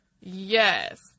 Yes